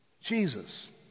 Jesus